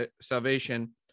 salvation